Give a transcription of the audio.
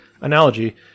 analogy